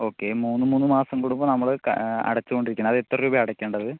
okay മൂന്ന് മൂന്ന് മാസം കൂടുമ്പോൾ നമ്മൾ അടച്ചോണ്ടിരിക്കണം അത് എത്ര രൂപയാണ് അടയ്ക്കേണ്ടത്